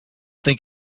think